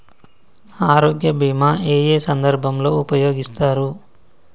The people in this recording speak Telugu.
ఆరోగ్య బీమా ఏ ఏ సందర్భంలో ఉపయోగిస్తారు?